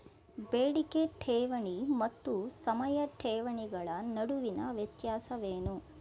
ಬೇಡಿಕೆ ಠೇವಣಿ ಮತ್ತು ಸಮಯ ಠೇವಣಿಗಳ ನಡುವಿನ ವ್ಯತ್ಯಾಸವೇನು?